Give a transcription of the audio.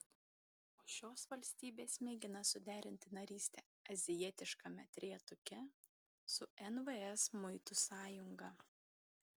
o šios valstybės mėgina suderinti narystę azijietiškame trejetuke su nvs muitų sąjunga